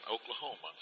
Oklahoma